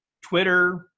Twitter